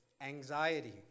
anxiety